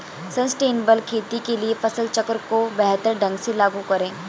sustainable खेती के लिए फसल चक्र को बेहतर ढंग से लागू करें